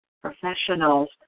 Professionals